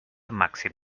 màxim